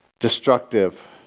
destructive